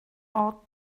ought